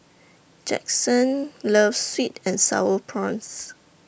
Jaxson loves Sweet and Sour Prawns